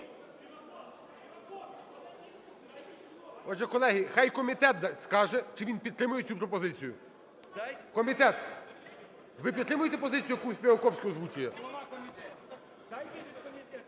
Отже, колеги, хай комітет скаже, чи він підтримує цю пропозицію. Комітет, ви підтримуєте позицію, яку Співаковський озвучує?